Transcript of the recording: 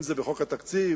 אם זה בחוק התקציב,